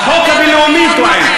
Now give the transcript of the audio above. החוק הבין-לאומי טוען.